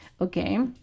okay